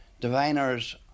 diviners